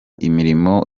imirimo